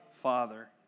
father